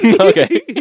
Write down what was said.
Okay